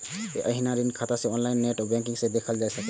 एहिना ऋण खाता कें ऑनलाइन नेट बैंकिंग सं देखल जा सकैए